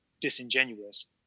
disingenuous